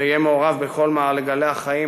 ויהיה מעורב בכל מעגלי החיים,